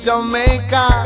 Jamaica